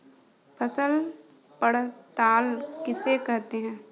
फसल पड़ताल किसे कहते हैं?